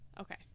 Okay